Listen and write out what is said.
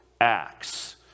acts